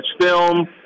film